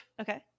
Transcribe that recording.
Okay